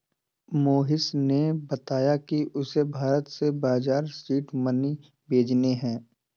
मोहिश ने बताया कि उसे भारत से बाहर सीड मनी भेजने हैं